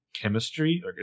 chemistry